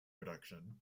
reduction